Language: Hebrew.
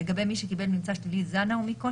ולגבי מי שקיבל ממצא שלילי לזן ה-אומיקרון